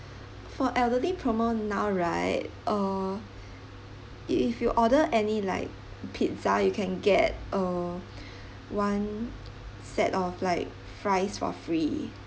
for elderly promo now right uh if you order any like pizza you can get a one set of like fries for free